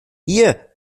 hier